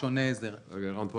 בשונה -- ערן,